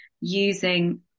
using